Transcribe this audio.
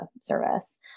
service